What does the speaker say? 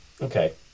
Okay